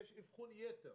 יש אבחון-יתר